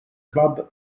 club